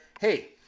hey